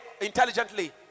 intelligently